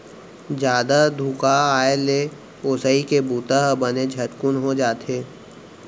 जादा धुका आए ले ओसई के बूता ह बने झटकुन हो जाथे